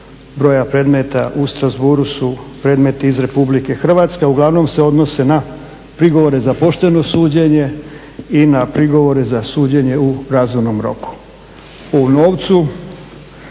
broja predmeta u Strasbourgu su predmeti iz Republike Hrvatske a uglavnom se odnose na prigovore za pošteno suđenje i na prigovore za suđenje u razumnom roku.